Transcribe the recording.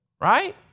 Right